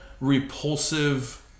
repulsive